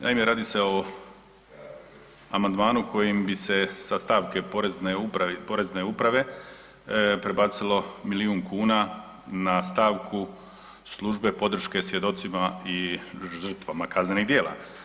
Naime, radi se o amandmanu kojim bi se sa stavke Porezne uprave prebacilo milijun kuna na stavku službe podrške svjedocima i žrtvama kaznenih djela.